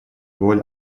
wohl